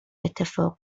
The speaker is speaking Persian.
اتفاق